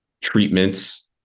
treatments